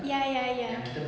ya ya ya